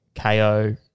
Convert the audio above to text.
KO